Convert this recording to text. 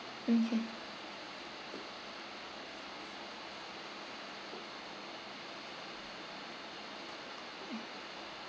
okay